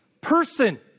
person